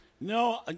No